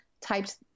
typed